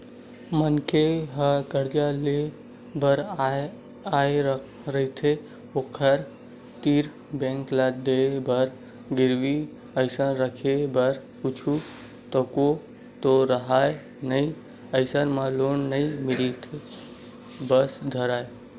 मनखे ह करजा लेय बर आय रहिथे ओखर तीर बेंक ल देय बर गिरवी असन रखे बर कुछु तको तो राहय नइ अइसन म लोन नइ मिले बर धरय